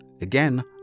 again